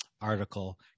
article